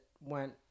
went